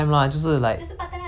I thought you doing full time eh